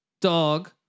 Dog